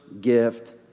gift